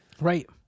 Right